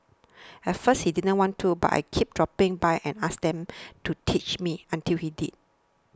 at first he didn't want to but I kept dropping by and asking him to teach me until he did